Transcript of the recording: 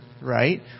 Right